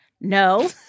No